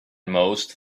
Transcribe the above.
most